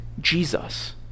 Jesus